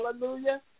Hallelujah